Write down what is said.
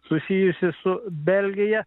susijusi su belgija